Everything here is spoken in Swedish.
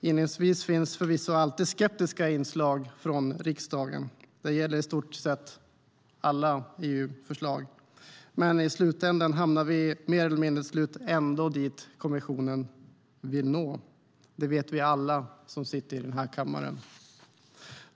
Inledningsvis finns förvisso alltid skeptiska inslag från riksdagen. Det gäller i stort sett alla EU-förslag. Men i slutändan hamnar vi mer eller mindre ändå vid det som kommissionen vill nå. Det vet vi alla som sitter i den här kammaren.